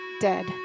dead